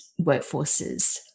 workforces